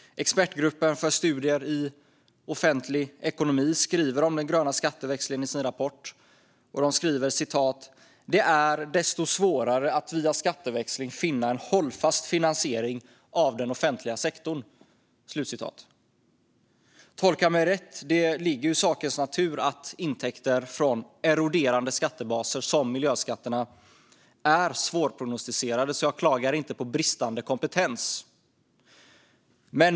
Expertgruppen för studier i offentlig ekonomi skriver om den gröna skatteväxlingen i sin rapport att det är "desto svårare att via skatteväxling finna en hållfast finansiering av den offentliga sektorn". Tolka mig rätt: Det ligger i sakens natur att intäkter från eroderande skattebaser, som miljöskatter, är svårare att prognostisera, så jag klagar inte på bristande kompetens.